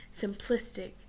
simplistic